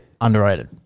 underrated